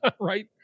right